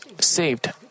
saved